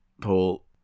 Paul